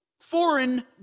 foreign